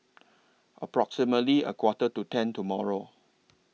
approximately A Quarter to ten tomorrow